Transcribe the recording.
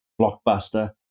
Blockbuster